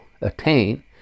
attain